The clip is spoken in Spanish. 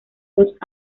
dos